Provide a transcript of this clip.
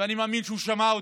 ואני מאמין שהוא שמע אותי,